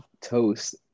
toast